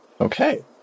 Okay